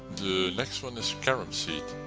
next one is carom seed.